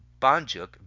banjuk